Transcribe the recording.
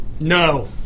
No